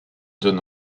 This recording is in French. donne